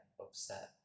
upset